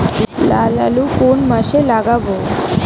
লাল আলু কোন মাসে লাগাব?